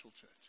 church